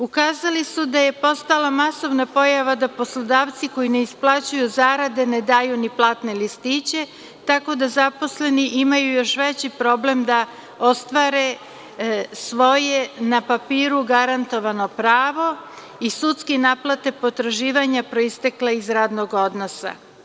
Ukazali su da je postala masovna pojava da poslodavci koji ne isplaćuju zarade ne daju ni platne listiće, tako da zaposleni imaju još veći problem da ostvare svoje na papiru garantovano pravo i sudski naplate potraživanje proistekla iz radnog odnosa.